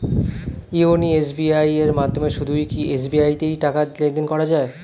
YONO SBI এর মাধ্যমে শুধুই কি এস.বি.আই তে টাকা লেনদেন করা যায়?